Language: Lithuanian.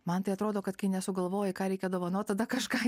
man tai atrodo kad kai nesugalvoji ką reikia dovanot tada kažką